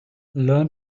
learn